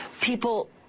people